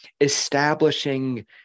establishing